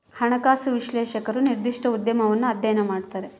ಹಣಕಾಸು ವಿಶ್ಲೇಷಕರು ನಿರ್ದಿಷ್ಟ ಉದ್ಯಮವನ್ನು ಅಧ್ಯಯನ ಮಾಡ್ತರ